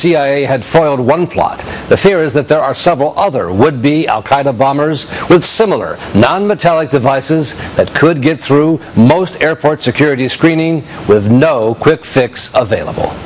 cia had foiled one plot the fear is that there are several other would be al qaeda bombers with similar nonmetallic devices that could get through most airport security screening with no quick fix available